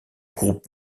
groupe